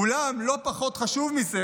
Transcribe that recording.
אולם לא פחות חשוב מזה,